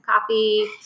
coffee